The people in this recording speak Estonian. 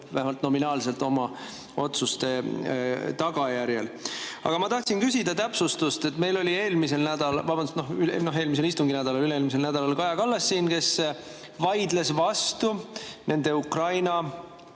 vähemalt nominaalselt, meie oma otsuste tagajärjel. Aga ma tahtsin küsida täpsustust. Meil oli eelmisel nädalal, vabandust, eelmisel istunginädalal, seega üle-eelmisel nädalal siin Kaja Kallas, kes vaidles vastu nende Ukraina